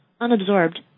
unabsorbed